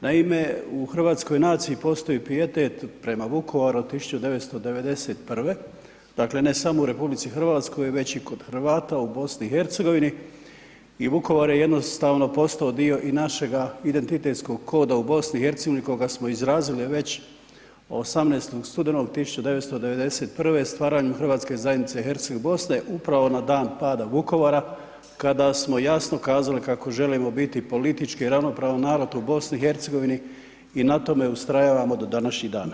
Naime, u hrvatskoj naciji postoji pijetitet prema Vukovaru od 1991., dakle ne samo u RH već i kod Hrvata u BiH i Vukovar je jednostavno postao dio i našega identitetskog koda u BiH koga smo izrazili već 18. studenog 1991. stvaranjem Hrvatske zajednice Herceg-Bosne upravo na dan pada Vukovara kada smo jasno kazali kako želimo biti politički ravnopravan narod u BiH i na tome ustrajavamo do današnjih dana.